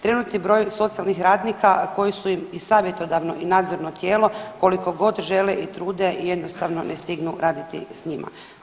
Trenutni broj socijalnih radnika koji su im i savjetodavno i nadzorno tijelo koliko god žele i trude, jednostavno ne stignu raditi sa njima.